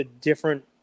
different